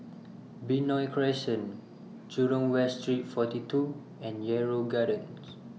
Benoi Crescent Jurong West Street forty two and Yarrow Gardens